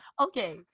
Okay